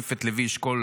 החליף את לוי אשכול,